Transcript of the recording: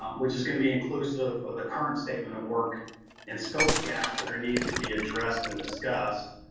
which is gonna be inclusive of the current statement of work and scope gaps that are needed to be addressed and discussed.